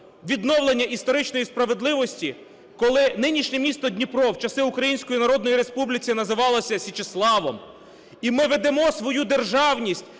відновлення історичної справедливості, коли нинішнє місто Дніпро в часи Української Народної Республіки називалося Січеславом, і ми ведемо свою державність